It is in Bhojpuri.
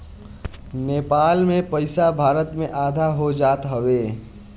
नेपाल के पईसा भारत में आधा हो जात हवे